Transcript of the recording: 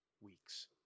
weeks